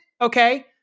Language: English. Okay